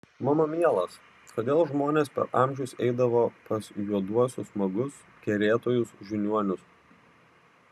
mano mielas kodėl žmonės per amžius eidavo pas juoduosius magus kerėtojus žiniuonius